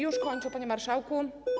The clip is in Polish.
Już kończę, panie marszałku.